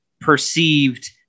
perceived